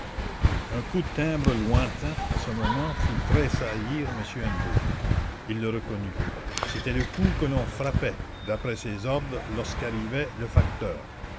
un coup de timbre lointain à ce moment fit tressaillir m hennebeau il le reconnut c'était le coup que l'on frappait d'après ses ordres lorsque arrivait le facteur